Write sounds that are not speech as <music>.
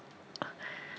<breath>